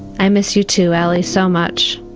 i miss you too, ally, so much.